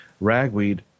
ragweed